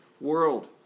world